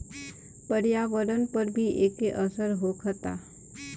पर्यावरण पर भी एके असर होखता